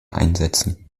einsetzen